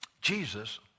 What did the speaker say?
Jesus